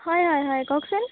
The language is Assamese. হয় হয় হয় কওকচোন